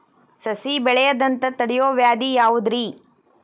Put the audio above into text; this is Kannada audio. ಸಸಿ ಬೆಳೆಯದಂತ ತಡಿಯೋ ವ್ಯಾಧಿ ಯಾವುದು ರಿ?